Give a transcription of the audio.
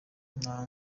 nta